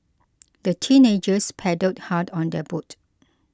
the teenagers paddled hard on their boat